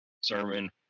sermon